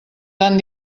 tan